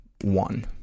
one